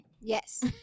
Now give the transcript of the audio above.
Yes